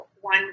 One